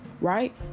right